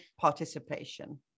participation